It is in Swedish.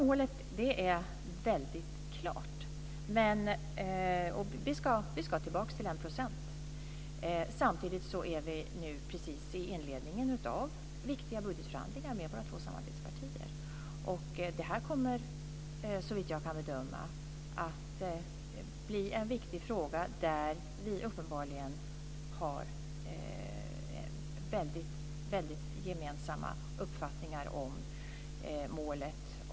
Målet är väldigt klart: Vi ska tillbaka till en procent. Samtidigt är vi nu precis i inledningen av viktiga budgetförhandlingar med våra två samarbetspartier. Det här kommer, såvitt jag kan bedöma, att bli en viktig fråga där vi uppenbarligen har väldigt gemensamma uppfattningar om målet.